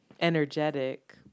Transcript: energetic